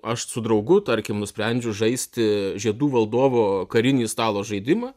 aš su draugu tarkim nusprendžiu žaisti žiedų valdovo karinį stalo žaidimą